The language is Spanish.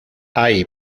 hay